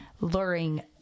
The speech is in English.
luring